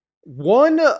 one